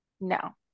no